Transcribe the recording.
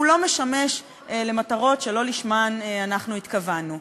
לא משמש למטרות שלא לשמן אנחנו התכוונו.